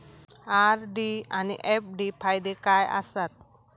RD आनि FD फायदे काय आसात?